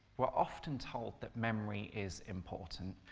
we're often told that memory is important,